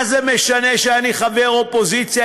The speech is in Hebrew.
מה זה משנה שאני חבר אופוזיציה,